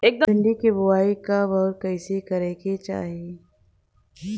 भिंडी क बुआई कब अउर कइसे करे के चाही?